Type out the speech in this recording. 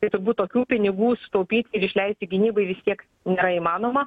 tai turbūt tokių pinigų sutaupyt ir išleisti gynybai vis tiek nėra neįmanoma